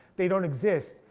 they don't exist.